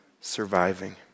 surviving